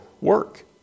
work